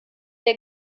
der